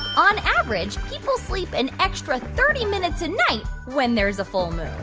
on average, people sleep an extra thirty minutes a night when there's a full moon?